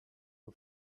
who